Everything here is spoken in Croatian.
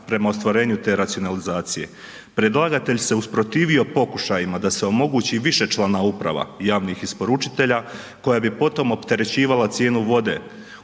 prema ostvarenju te racionalizacije. Predlagatelj se usprotivio pokušajima da se omogući višečlana uprava javnih isporučitelja koja bi potom opterećivala cijenu vode.